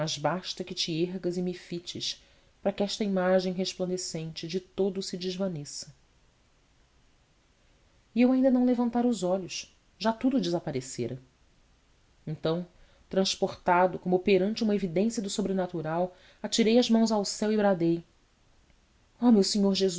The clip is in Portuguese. basta que te ergas e me fites para que esta imagem resplandecente de todo se desvaneça e ainda eu não levantara os olhos já tudo desaparecera então transportado como perante uma evidência do sobrenatural atirei as mãos ao céu e bradei oh meu senhor jesus